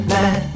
Mad